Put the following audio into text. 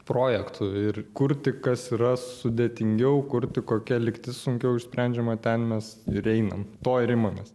projektų ir kurti kas yra sudėtingiau kurti kokia lygtis sunkiau išsprendžiama ten mes ir einam to ir imamės